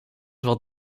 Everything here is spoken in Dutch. wel